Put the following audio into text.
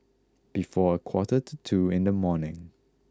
before a quarter to two in the morning